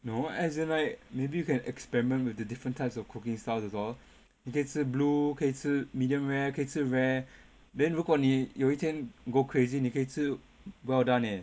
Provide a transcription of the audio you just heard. no as in like maybe you can experiment with the different types of cooking styles as well 你可以吃 blue 可以吃 medium rare 可以吃 rare then 如果你有一天 go crazy 你可以吃 well done eh